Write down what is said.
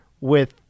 with-